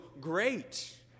great